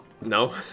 No